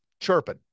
chirping